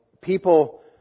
people